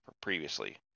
previously